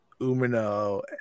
Umino